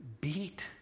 beat